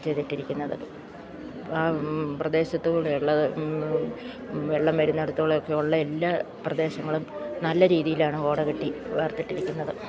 ചെയ്തിട്ടിരിക്കുന്നത് ആ പ്രദേശത്തു കൂടെ ഉള്ളത് വെള്ളം വരുന്ന ഇടത്തൊക്കെ ഉള്ള എല്ലാ പ്രദേശങ്ങളും നല്ല രീതിയിലാണ് ഓട കെട്ടി വാർത്തിട്ടിരിക്കുന്നത്